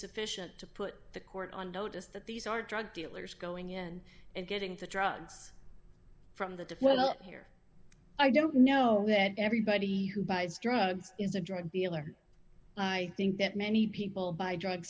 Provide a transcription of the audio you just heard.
sufficient to put the court on notice that these are drug dealers going in and getting the drugs from the developed here i don't know that everybody who buys drugs is a drug dealer i think that many people buy drug